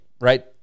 right